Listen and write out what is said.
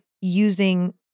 using